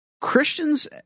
Christians